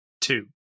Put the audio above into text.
Two